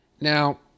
Now